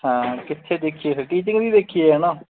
ਹਾਂ ਕਿੱਥੇ ਦੇਖੀਏ ਫਿਰ ਟੀਚਿੰਗ ਦੀ ਦੇਖੀਏ ਹੈਨਾ